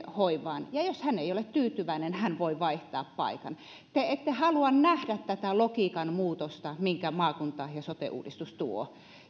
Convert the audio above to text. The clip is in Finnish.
hoivaan ja jos hän ei ole tyytyväinen hän voi vaihtaa paikan te ette halua nähdä tätä logiikan muutosta minkä maakunta ja sote uudistus tuo